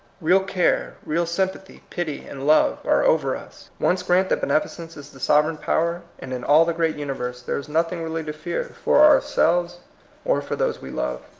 real care, real sympathy, pity, and love are over us. once grant that beneficence is the sovereign power, and in all the great uni verse there is nothing really to fear for ourselves or for those we love.